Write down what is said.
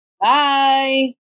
Bye